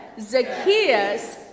Zacchaeus